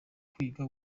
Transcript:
kwiga